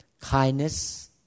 Kindness